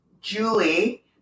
Julie